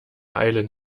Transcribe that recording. eilen